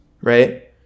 Right